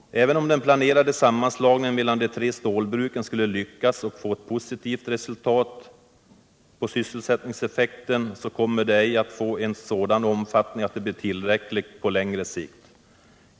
Även om den planerade sammanslagningen mellan de tre stålbruken skulle lyckas och få ett positivt resultat på sysselsättningseffekten, så kommer detta ej att få en sådan omfattning att det blir tillräckligt på längre sikt.